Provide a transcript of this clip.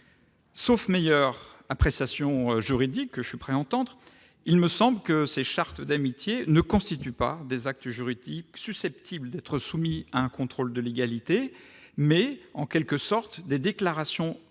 Sauf meilleure appréciation juridique- que je suis prêt à entendre -, il me semble que ces chartes d'amitié constituent non pas des actes juridiques susceptibles d'être soumis à un contrôle de légalité, mais, en quelque sorte, des déclarations d'ordre